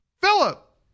Philip